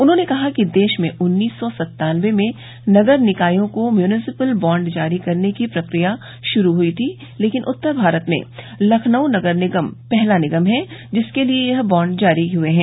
उन्होंने कहा कि देश में उन्नीस सौ सन्तान्नबे में नगर निकायों को म्यूनिसिपल बांड जारी करने की प्रक्रिया शुरू हुई थी लेकिन उत्तर भारत में लखनऊ नगर निगम पहला निगम है जिसके लिये यह बांड जारी हुए हैं